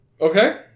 Okay